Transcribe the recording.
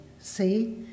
See